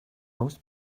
most